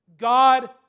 God